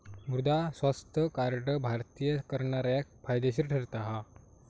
मृदा स्वास्थ्य कार्ड भारतीय करणाऱ्याक फायदेशीर ठरता हा